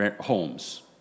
homes